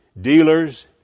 dealers